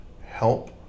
help